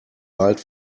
wald